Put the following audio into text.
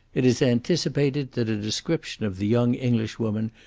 it is anticipated that a description of the young englishwoman,